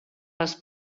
les